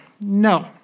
no